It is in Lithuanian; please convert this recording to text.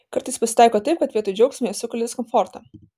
kartais pasitaiko taip kad vietoj džiaugsmo jie sukelia diskomfortą